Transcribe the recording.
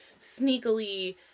sneakily